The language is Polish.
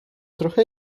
trochę